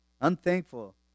unthankful